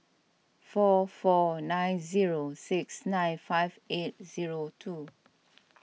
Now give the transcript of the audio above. four four nine zero six nine five eight zero two